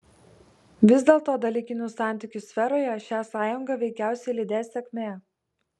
vis dėlto dalykinių santykių sferoje šią sąjungą veikiausiai lydės sėkmė